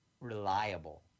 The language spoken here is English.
reliable